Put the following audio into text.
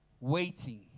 waiting